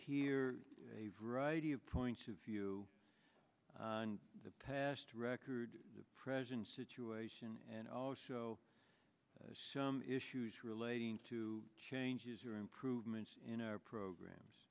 hear a variety of points of view the past record the present situation and also some issues relating to changes or improvements in our programs